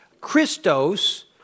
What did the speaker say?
Christos